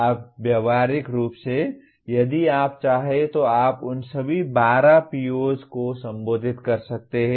आप व्यावहारिक रूप से यदि आप चाहें तो आप उन सभी 12 POs को संबोधित कर सकते हैं